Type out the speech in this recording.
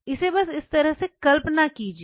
इसे बस इस तरह से कल्पना कीजिए